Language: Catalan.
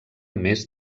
més